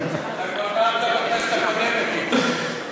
אתה כבר אמרת בכנסת הקודמת, איציק.